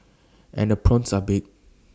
and the prawns are big